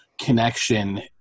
connection